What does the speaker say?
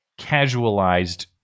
casualized